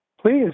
Please